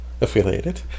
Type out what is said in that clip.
affiliated